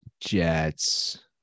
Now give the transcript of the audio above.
Jets